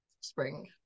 spring